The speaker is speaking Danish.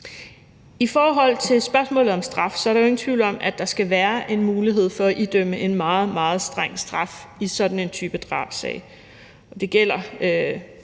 I forhold til spørgsmålet om straf er der jo ikke nogen tvivl om, at der skal være en mulighed for at idømme en meget, meget streng straf i sådan en type drabssag,